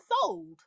sold